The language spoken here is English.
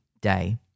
day